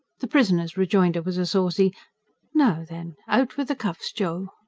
the prisoner's rejoinder was a saucy now then, out with the cuffs, joe!